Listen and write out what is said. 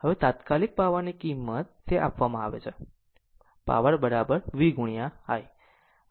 હવે તાત્કાલિક પાવરની કિંમત તે આપવામાં આવે છે પાવર V i